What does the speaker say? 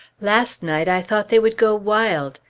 last night i thought they would go wild,